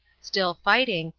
still fighting,